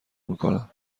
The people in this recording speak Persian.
میکنم